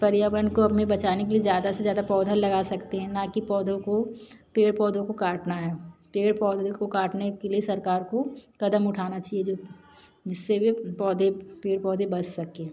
पर्यावरण को अपने बचाने के लिए ज़्यादा से ज़्यादा पौधे लगा सकते हैं ना कि पौधों को पेड़ पौधों को काटना है पेड़ पौधे को काटने के लिए सरकार को क़दम उठाना चाहिए जो जिससे वे पौधे पेड़ पौधे बच सकें